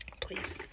please